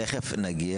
תכף נגיע אליך.